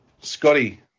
Scotty